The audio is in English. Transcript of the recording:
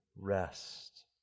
rest